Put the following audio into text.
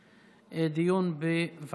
65) (החזר דמי נסיעה באמבולנס לחולה סיעודי ובעד חולה שנפטר),